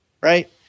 right